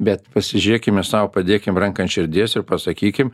bet pasižiūrėkime sau padėkim ranką ant širdies ir pasakykim